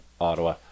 Ottawa